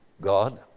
God